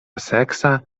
seksa